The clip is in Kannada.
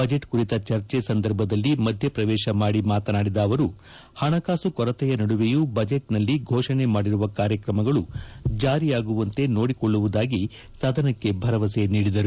ಬಜೆಟ್ ಕುರಿತ ಚರ್ಚೆ ಸಂದರ್ಭದಲ್ಲಿ ಮಧ್ಯ ಪ್ರವೇಶ ಮಾಡಿ ಮಾತನಾಡಿದ ಅವರು ಹಣಕಾಸು ಕೊರತೆಯ ನಡುವೆಯೂ ಬಜೆಟ್ನಲ್ಲಿ ಘೋಷಣೆ ಮಾಡಿರುವ ಕಾರ್ಯಕ್ರಮಗಳು ಚಾರಿಯಾಗುವಂತೆ ನೋಡಿಕೊಳ್ಳುವುದಾಗಿ ಸದನಕ್ಕೆ ಭರವಸೆ ನೀಡಿದರು